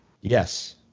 Yes